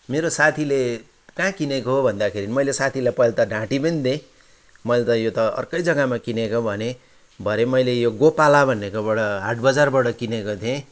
मेरो साथीले कहाँ किनेको भन्दाखेरि मैले साथीलाई पहिला त ढाँटी पनि दिएँ मैले त यो त अर्कै जग्गामा किनेको भनेँ भरे मैले यो गोपाला भन्नेकोबाट हाट बजारबाट किनेको थिएँ